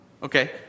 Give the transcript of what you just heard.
Okay